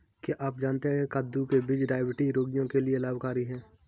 क्या आप जानते है कद्दू के बीज डायबिटीज रोगियों के लिए लाभकारी है?